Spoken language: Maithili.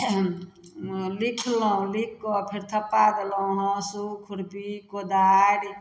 लिखलहुँ लिख कऽ फेर थप्पा देलहुँ हाँसु खुरपी कोदारि